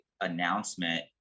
announcement